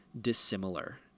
dissimilar